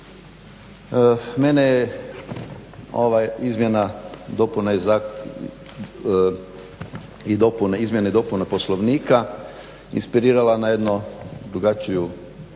Mene je ova izmjena i dopune poslovnika inspirirala na jednu malo drugačiju